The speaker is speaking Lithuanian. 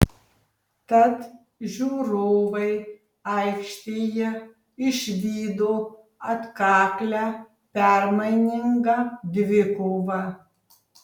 tad žiūrovai aikštėje išvydo atkaklią permainingą dvikovą